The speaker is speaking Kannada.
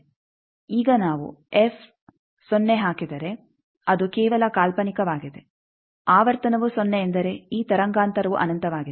ಈಗ ನಾವು ಹಾಕಿದರೆ ಅದು ಕೇವಲ ಕಾಲ್ಪನಿಕವಾಗಿದೆ ಆವರ್ತನವು ಸೊನ್ನೆ ಎಂದರೆ ಈ ತರಂಗಾಂತರವು ಅನಂತವಾಗಿದೆ